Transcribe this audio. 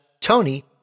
Tony